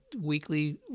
weekly